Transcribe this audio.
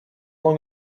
long